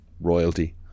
royalty